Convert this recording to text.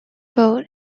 boat